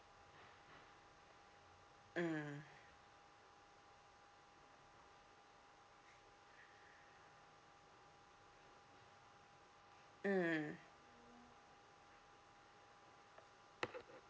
mm mm